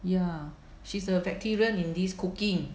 ya she's a veteran in this cooking